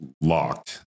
locked